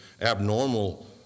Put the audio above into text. abnormal